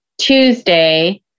Tuesday